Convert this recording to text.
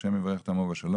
השם יברך את עמו בשלום,